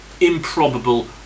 improbable